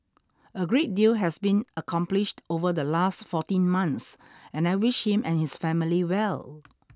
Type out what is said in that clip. a great deal has been accomplished over the last fourteen months and I wish him and his family well